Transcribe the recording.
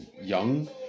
young